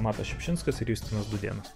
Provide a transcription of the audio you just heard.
matas šiupšinskas ir justinas dūdėnas